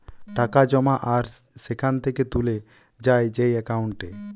টাকা জমা আর সেখান থেকে তুলে যায় যেই একাউন্টে